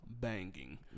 banging